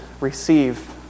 receive